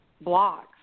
blocks